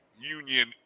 Union